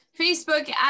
Facebook